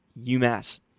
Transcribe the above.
UMass